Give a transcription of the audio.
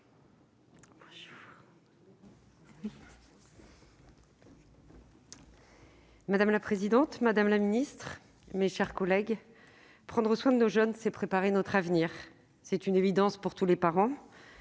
Madame la présidente, madame la ministre, mes chers collègues, prendre soin de nos jeunes, c'est préparer notre avenir. C'est une évidence pour tous les parents